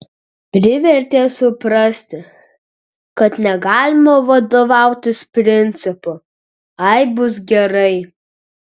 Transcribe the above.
privertė suprasti kad negalima vadovautis principu ai bus gerai